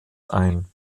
ein